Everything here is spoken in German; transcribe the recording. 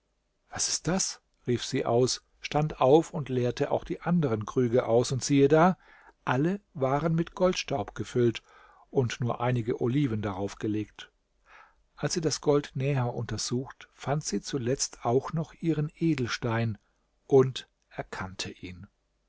was ist das rief sie aus stand auf und leerte auch die anderen krüge aus und siehe da alle waren mit goldstaub gefüllt und nur einige oliven darauf gelegt als sie das gold näher untersucht fand sie zuletzt auch noch ihren edelstein und erkannte ihn